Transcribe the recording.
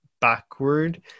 backward